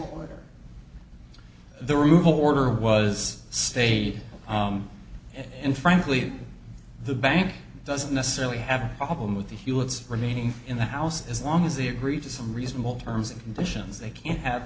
order was stated and frankly the bank doesn't necessarily have a problem with the fuel it's remaining in the house as long as they agree to some reasonable terms and conditions they can't have